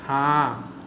हँ